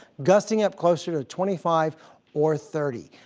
gusting up closer to twenty five or thirty.